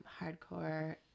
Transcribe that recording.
hardcore